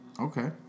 Okay